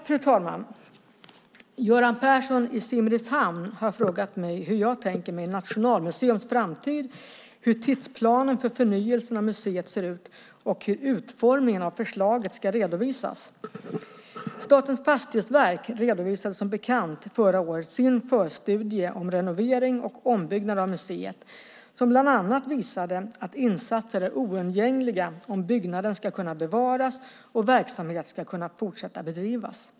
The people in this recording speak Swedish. Fru talman! Göran Persson i Simrishamn har frågat mig hur jag tänker mig Nationalmuseums framtid, hur tidsplanen för förnyelsen av museet ser ut och hur utformningen av förslaget ska redovisas. Statens fastighetsverk redovisade som bekant förra året sin förstudie om renovering och ombyggnad av museet som bland annat visade att åtgärder och insatser är oundgängliga om byggnaden ska kunna bevaras och verksamhet ska kunna fortsätta bedrivas.